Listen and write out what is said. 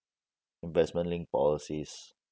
investment linked policies